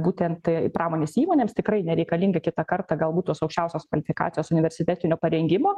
būtent pramonės įmonėms tikrai nereikalingi kitą kartą galbūt tos aukščiausios kvalifikacijos universitetinio parengimo